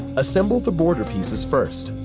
assemble the border pieces first.